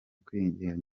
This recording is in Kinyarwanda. kwangirika